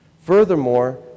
Furthermore